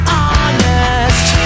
honest